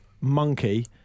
Monkey